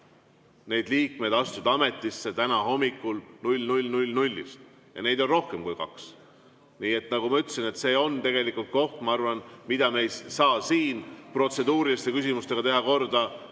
Need liikmed asusid ametisse täna hommikul 00.00 ja neid on rohkem kui kaks. Nii et nagu ma ütlesin, see on tegelikult koht, ma arvan, mida me ei saa siin protseduuriliste küsimustega korda